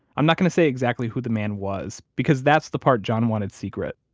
i'm not going to say exactly who the man was, because that's the part john wanted secret.